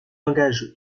engage